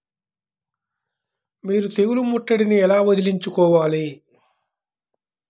మీరు తెగులు ముట్టడిని ఎలా వదిలించుకోవాలి?